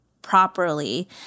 properly